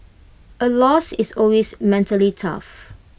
A loss is always mentally tough